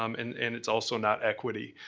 um and and it's also not equity.